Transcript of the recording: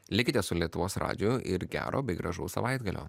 likite su lietuvos radiju ir gero bei gražaus savaitgalio